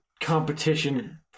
competition